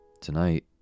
tonight